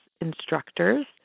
instructors